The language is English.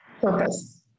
purpose